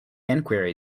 enquiry